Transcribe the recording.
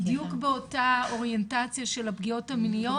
בדיוק באותה אוריינטציה של הפגיעות המיניות,